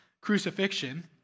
crucifixion